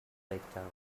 breakdown